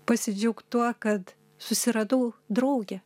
pasidžiaugt tuo kad susiradau draugę